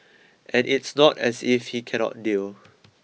and it's not as if he cannot deal